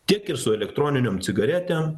tiek ir su elektroninėm cigaretėm